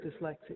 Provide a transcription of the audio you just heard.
dyslexic